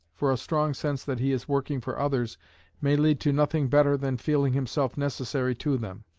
for a strong sense that he is working for others may lead to nothing better than feeling himself necessary to them,